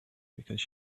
because